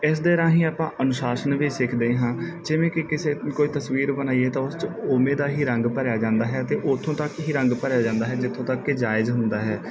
ਇਸ ਦੇ ਰਾਹੀਂ ਆਪਾਂ ਅਨੁਸ਼ਾਸਨ ਵੀ ਸਿੱਖਦੇ ਹਾਂ ਜਿਵੇਂ ਜਿੱ ਕਿਸੇ ਕੋਈ ਤਸਵੀਰ ਬਣਾਈਏ ਤਾਂ ਉਸ 'ਚ ਉਵੇਂ ਦਾ ਹੀ ਰੰਗ ਭਰਿਆ ਜਾਂਦਾ ਹੈ ਅਤੇ ਉੱਥੋਂ ਤੱਕ ਹੀ ਰੰਗ ਭਰਿਆ ਜਾਂਦਾ ਹੈ ਜਿੱਥੋਂ ਤੱਕ ਕਿ ਜਾਇਜ ਹੁੰਦਾ ਹੈ